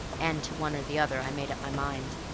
and to one or the other i made up my mind.